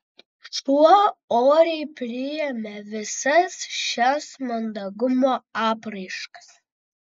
šuo oriai priėmė visas šias mandagumo apraiškas